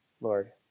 Lord